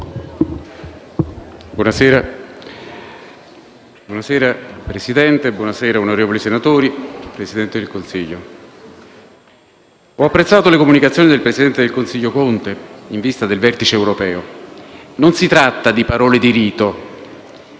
Signor Presidente, onorevoli senatori, Presidente del Consiglio, ho apprezzato le comunicazioni del presidente del Consiglio Conte in vista del vertice europeo. Non si tratta di parole di rito.